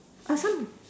I can't